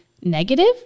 negative